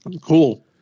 Cool